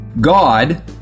God